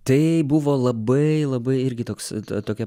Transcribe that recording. tai buvo labai labai irgi toks tokia